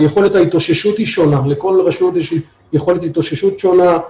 יכולת ההתאוששות היא שונה כאשר לכל רשות יש יכולת התאוששות שונה,